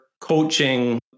coaching